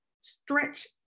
stretch